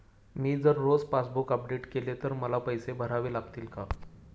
मी जर रोज passbook update केले तर मला पैसे भरावे लागतील का?